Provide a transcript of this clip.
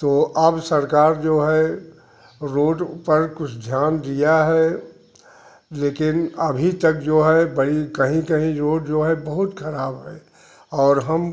तो अब सरकार जो है रोड़ पर कुछ ध्यान दिया है लेकिन अभी तक जो है बड़ी कहीं कहीं रोड जो है बहुत खराब है और हम